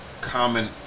common